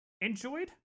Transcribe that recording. enjoyed